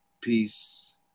peace